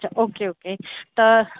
अच्छा okay okay तर